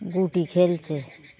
ঘুঁটি খেলছে